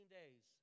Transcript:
days